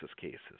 cases